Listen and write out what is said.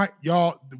y'all